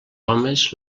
homes